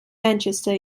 manchester